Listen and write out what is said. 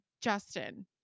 Justin